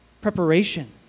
preparation